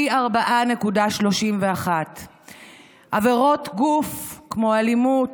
פי 4.31. עבירות גוף כמו אלימות,